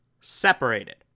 separated